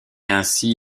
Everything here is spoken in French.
ainsi